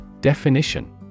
Definition